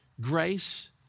Grace